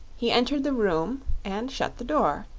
he entered the room and shut the door,